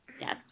Yes